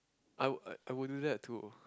I would I would do that too